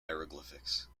hieroglyphics